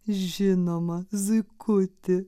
žinoma zuikuti